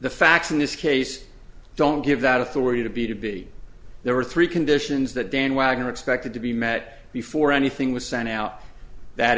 the facts in this case don't give that authority to be to be there were three conditions that dan wagner expected to be met before anything was sent out that